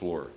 floor